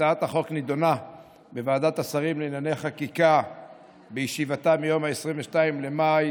הצעת החוק נדונה בוועדת השרים לענייני חקיקה בישיבתה ביום 22 במאי